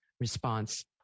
response